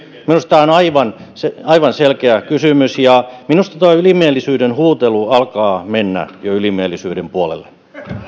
minusta tämä on aivan selkeä kysymys ja minusta tuo ylimielisyyden huutelu alkaa mennä jo ylimielisyyden puolelle